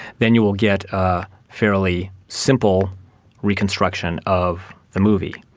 then you will get a fairly simple reconstruction of the movie.